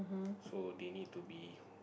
so they need to be